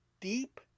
deep